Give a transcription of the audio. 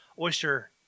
oyster